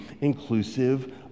inclusive